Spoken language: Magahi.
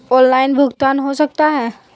ऑनलाइन भुगतान हो सकता है?